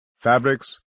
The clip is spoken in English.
fabrics